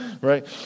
right